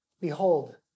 behold